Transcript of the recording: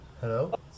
Hello